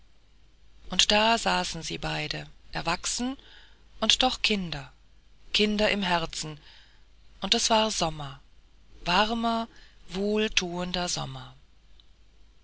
sehen da saßen sie beide erwachsen und doch kinder kinder im herzen und es war sommer warmer wohlthuender sommer